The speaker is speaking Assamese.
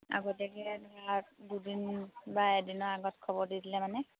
আগতীয়াকৈ ধৰ দুদিন বা এদিনৰ আগত খবৰ দি দিলে মানে